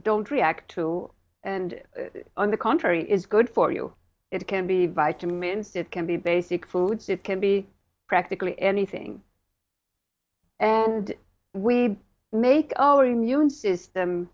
don't react to and on the contrary is good for you it can be vitamin c it can be basic food so it can be practically anything and we make our immune system